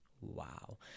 Wow